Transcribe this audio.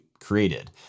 created